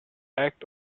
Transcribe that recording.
act